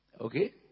Okay